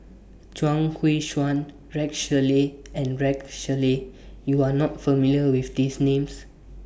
Chuang Hui Tsuan Rex Shelley and Rex Shelley YOU Are not familiar with These Names